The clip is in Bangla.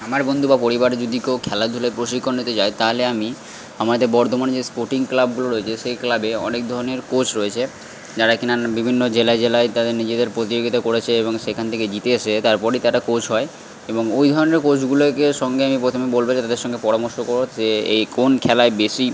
আমার বন্ধু বা পরিবারে যদি কেউ খেলাধুলায় প্রশিক্ষণ নিতে যায় তাহলে আমি আমাদের বর্ধমানে যে স্পোর্টিং ক্লাবগুলো রয়েছে সেই ক্লাবে অনেক ধরনের কোচ রয়েছে যারা কিনা বিভিন্ন জেলায় জেলায় তাদের নিজেদের প্রতিযোগিতা করেছে এবং সেখান থেকে জিতে এসে তারপরই তারা কোচ হয় এবং ওই ধরনের কোচগুলোকে সঙ্গে আমি প্রথমে বলব যে তাদের সঙ্গে পরামর্শ কর যে এই কোন খেলায় বেশি